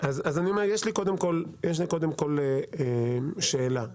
יש לי קודם כל שאלה עובדתית,